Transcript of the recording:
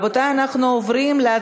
55 בעד, אין מתנגדים, אין נמנעים.